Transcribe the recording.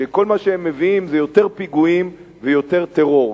שכל מה שהם מביאים זה יותר פיגועים ויותר טרור.